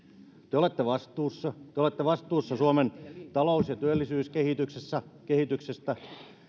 te olette vastuussa te olette vastuussa suomen talous ja työllisyyskehityksestä